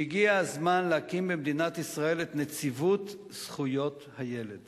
שהגיע הזמן להקים במדינת ישראל את נציבות זכויות הילד